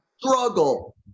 struggle